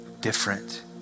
different